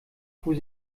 fuhr